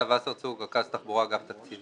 אני אסף וסרצוג, רכז תחבורה, אגף התקציבים.